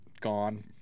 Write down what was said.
gone